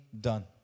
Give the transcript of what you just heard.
done